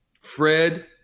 Fred